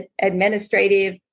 administrative